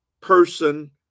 person